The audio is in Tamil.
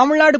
தமிழ்நாடு